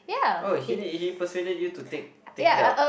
oh he did he persuaded you to take take it up